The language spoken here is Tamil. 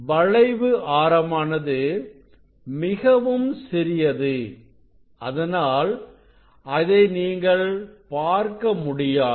வளைவு ஆரமானது மிகவும் சிறியது அதனால் அதை நீங்கள் பார்க்க முடியாது